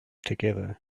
together